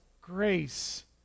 grace